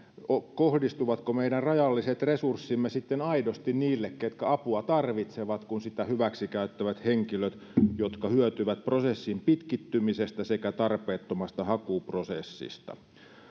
kohdistuvatko meidän rajalliset resurssimme sitten aidosti niille ketkä apua tarvitsevat kun sitä hyväksikäyttävät sellaiset henkilöt jotka hyötyvät prosessin pitkittymisestä sekä tarpeettomasta hakuprosessista